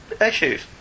issues